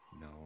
No